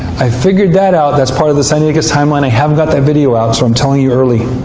i figured that out. that's part of the sinaiticus timeline. i haven't got that video out, so i'm telling you early.